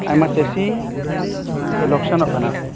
ᱟᱭᱢᱟ ᱪᱟᱹᱥᱤ ᱞᱚᱠᱥᱟᱱᱚᱜ ᱠᱟᱱᱟ ᱠᱚ